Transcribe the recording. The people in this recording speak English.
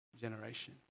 generation